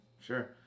Sure